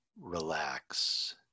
relax